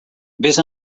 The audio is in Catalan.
vés